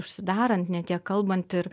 užsidarant ne tiek kalbant ir